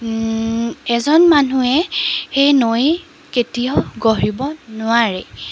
এজন মানুহে সেই নৈ কেতিয়াও গঢ়িব নোৱাৰে